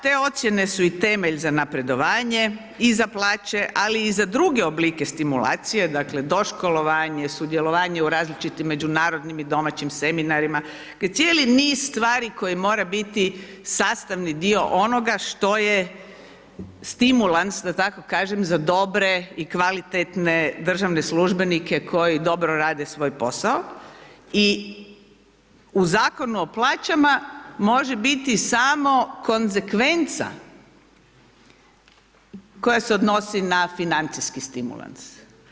Te ocjene su i temelj za napredovanje i za plaće ali i za druge oblike stimulacije, dakle, doškolovanje, sudjelovanje u različitim međunarodnim i domaćim seminarima, dakle, cijeli niz stvari koji mora biti sastavni dio onoga što je stimulans, da tako kažem, za dobre i kvalitetne državne službenike koji dobro rade svoj posao i u Zakonu o plaćama, može biti samo konzekvenca koja se odnosi na financijski stimulans.